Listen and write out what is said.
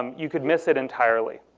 you could miss it entirely.